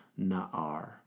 na'ar